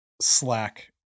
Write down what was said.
slack